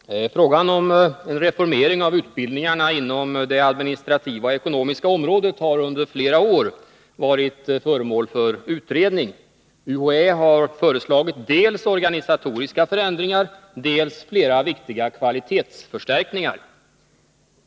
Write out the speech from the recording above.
Herr talman! Frågan om en reformering av utbildningarna inom det administrativa och ekonomiska området har under flera år varit föremål för utredning. UHÄ har föreslagit dels organisatoriska förändringar, dels flera viktiga kvalitetsförstärkningar.